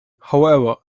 however